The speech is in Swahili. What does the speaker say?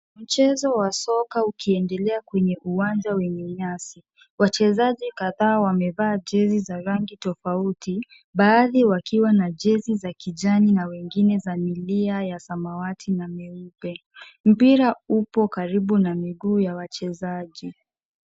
Mchezo wa soka ukiendelea kwenye uwanja wenye nyasi. Wachezaji kadhaa wamevaa jezi za rangi tofauti, baadhi wakiwa na jezi za kijani na wengine za milia ya samawati na mieupe. Mpira upo karibu na miguu ya wachezaji.